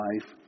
life